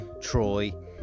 Troy